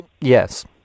Yes